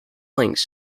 links